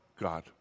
God